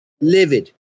Livid